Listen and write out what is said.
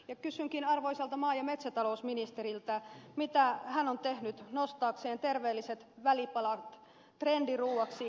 kysynkin arvoisalta maa ja metsätalousministeriltä mitä hän on tehnyt nostaakseen terveelliset välipalat trendiruuaksi energiajuomien sijaan